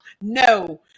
no